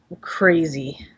crazy